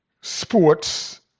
sports